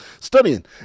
studying